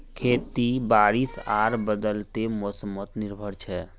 खेती बारिश आर बदलते मोसमोत निर्भर छे